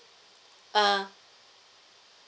uh